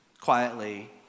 quietly